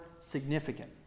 significant